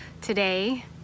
today